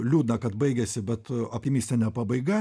liūdna kad baigėsi bet optimistinė pabaiga